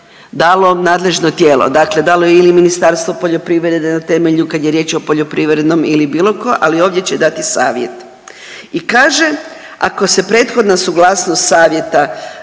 dalo nadležno tijelo, dakle dalo je ili Ministarstvo poljoprivrede na temelju kad je riječ o poljoprivrednom ili bilo ko, ali ovdje će dati savjet. I kaže ako se prethodna suglasnost savjeta